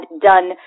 done